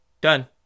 done